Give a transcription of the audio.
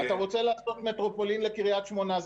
אתה רוצה לעשות מטרופולין לקריית שמונה,